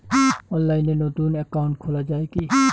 অনলাইনে নতুন একাউন্ট খোলা য়ায় কি?